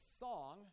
song